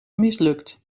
mislukt